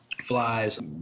flies